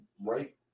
Right